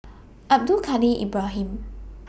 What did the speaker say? Abdul Kadir Ibrahim